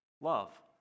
Love